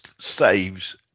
saves